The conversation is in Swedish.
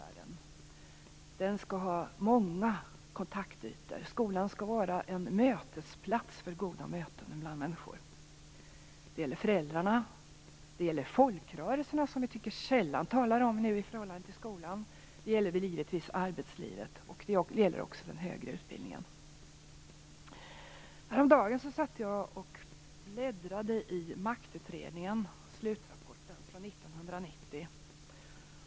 Den skall ha många kontaktytor. Skolan skall vara en plats för goda möten bland människor. Det gäller föräldrarna. Det gäller folkrörelserna, som vi tycker att man sällan talar om nu för tiden i förhållande till skolan. Det gäller givetvis arbetslivet, och det gäller också den högre utbildningen. Häromdagen satt jag och bläddrade i maktutredningen, slutrapporten från 1990.